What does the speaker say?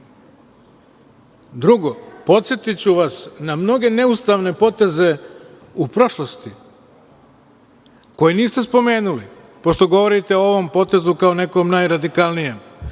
korone. Drugo, podsetiću vas na mnoge neustavne poteze u prošlosti koje niste spomenuli, pošto govorite o ovom potezu kao nekom najradikalnijem.